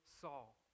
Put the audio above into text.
Saul